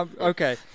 Okay